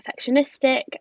perfectionistic